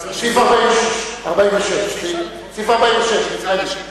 סעיף 46. סעיף 46, נדמה לי.